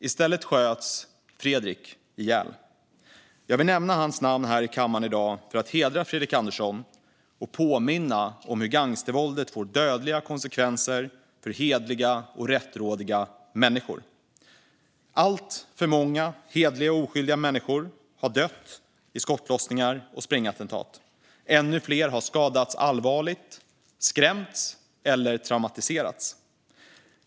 I stället sköts Fredrik ihjäl. Jag vill nämna hans namn här i kammaren i dag för att hedra Fredrik Andersson och påminna om hur gangstervåldet får dödliga konsekvenser för hederliga och rättrådiga människor. Alltför många hederliga och oskyldiga människor har dött i skottlossningar och sprängattentat. Ännu fler har skadats allvarligt, skrämts eller traumatiserats.